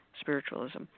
spiritualism